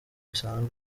bisanzwe